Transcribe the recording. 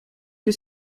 que